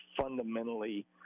fundamentally